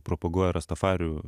propaguoja rastafarių